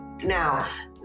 now